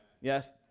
Yes